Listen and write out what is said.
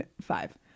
five